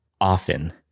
often